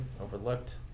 overlooked